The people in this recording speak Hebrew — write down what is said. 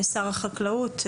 שר החקלאות.